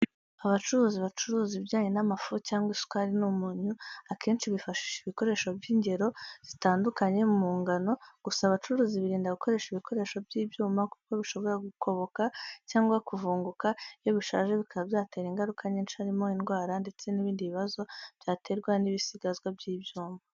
Abacuruzi bacuruza ibijyanye n'amafu cyangwa isukari n'umunyu, abenshi bifashisha ibikoresho by'ingero zitandukanye mu ngano, gusa abacuruzi birinda gukoresha ibikoresho by'ibyuma kuko bishobora gukoboka cyangwa kuvunguka iyo bishaje bikaba byatera ingaruka nyinshi, harimo indwara ndetse n'ibindi bibazo byaterwa n'ibisigazwa by'ibyuma.